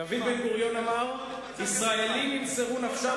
דוד בן-גוריון אמר: "ישראלים ימסרו נפשם